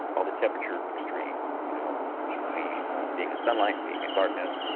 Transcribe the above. all the temperature extremes you know between being in sunlight and being in darkness.